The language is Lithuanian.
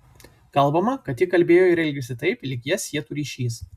kalbama kad ji kalbėjo ir elgėsi taip lyg jas sietų ryšys